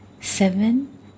seven